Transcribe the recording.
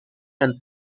and